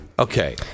Okay